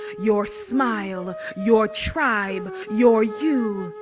your smile, your tribe, your you,